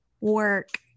work